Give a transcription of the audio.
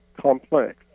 complex